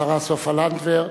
השרה סופה לנדבר,